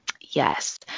Yes